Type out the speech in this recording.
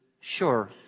sure